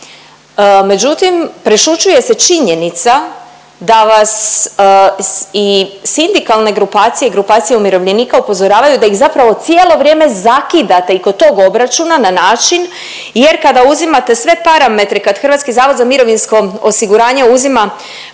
međutim prešućuje se činjenica da vas i sindikalne grupacije i grupacije umirovljenika upozoravaju da ih zapravo cijelo vrijeme zakidate i kod tog obračuna na način jer kada uzimate sve parametre kad HZMO uzima sve parametre kod izračuna